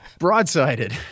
broadsided